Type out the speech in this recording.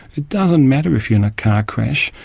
it doesn't matter if you're in a car crash,